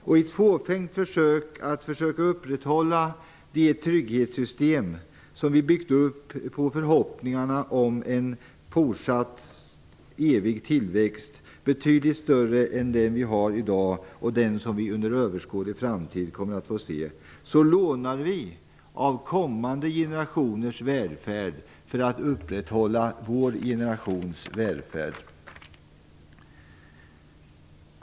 I ett fåfängt försök att upprätthålla ett trygghetssystem som vi byggt upp på förhoppningarna om en evig tillväxt, betydligt större än den som vi har i dag och den som vi under en överskådlig framtid kommer att få se, lånar av kommande generationers välfärd för att upprätthålla vår generations välfärd.